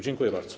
Dziękuję bardzo.